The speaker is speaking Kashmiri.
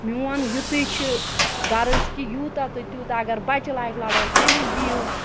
میون یِتُے چھُ گَرٕز کہِ یوٗتاہ تہٕ تیوٗتاہ اَگَر بَچہٕ لاگہٕ لَڑٲے تٔمِس دِیِو